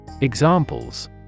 Examples